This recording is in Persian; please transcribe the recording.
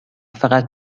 فقط